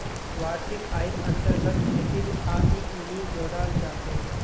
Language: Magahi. वार्षिक आइर अन्तर्गत खेतीर आइक नी जोडाल जा छेक